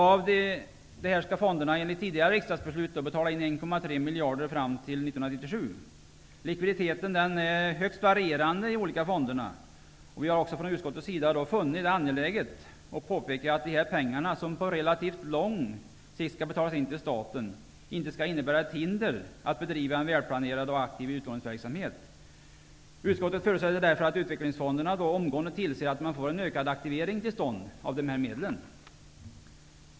Av dessa skall fonderna, enligt tidigare riksdagsbeslut betala in 1,3 miljarder till staten fram till 1997. Likviditeten är högst varierande i de olika fonderna. Vi har från utskottets sida funnit det angeläget att påpeka att det faktum att man på relativt lång sikt skall betalas in dessa pengar till staten inte skall innebära något hinder för att bedriva en välplanerad och aktiv utlåningsverksamhet. Utskottet förutsätter därför att utvecklingsfonderna omgående tillser att man får till stånd en ökad aktivering av de här medlen.